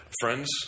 friends